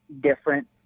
different